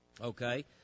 Okay